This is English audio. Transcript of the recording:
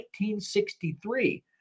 1963